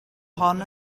hon